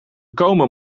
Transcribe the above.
komen